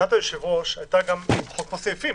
הצעת היושב-ראש הייתה למחוק פה סעיפים.